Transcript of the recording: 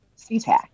CTAC